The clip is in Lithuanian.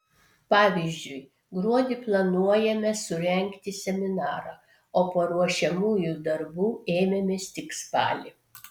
pavyzdžiui gruodį planuojame surengti seminarą o paruošiamųjų darbų ėmėmės tik spalį